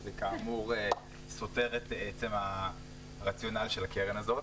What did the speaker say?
שזה כאמור סותר את עצם הרציונל של הקרן הזאת.